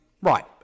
Right